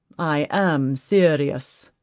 i am serious,